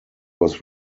was